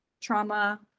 trauma